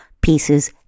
pieces